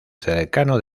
cercano